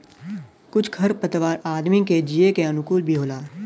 कुछ खर पतवार आदमी के जिये के अनुकूल भी होला